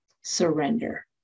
surrender